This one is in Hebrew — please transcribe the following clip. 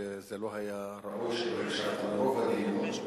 שזה לא היה ראוי שלא הקשבת לרוב הדיון.